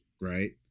right